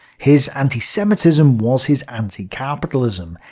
his anti-semitism was his anti-capitalism.